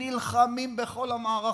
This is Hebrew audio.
נלחמים בכל המערכות,